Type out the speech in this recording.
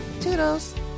toodles